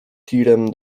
tirem